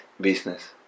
business